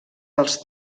dels